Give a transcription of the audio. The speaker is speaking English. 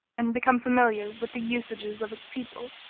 and be come familiar with the usages of its people.